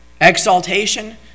Exaltation